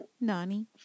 Nani